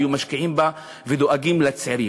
היו משקיעים בה ודואגים לצעירים.